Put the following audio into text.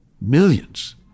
millions